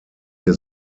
hier